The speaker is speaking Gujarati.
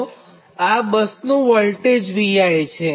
અને આ બસનું વોલ્ટેજ Vi છે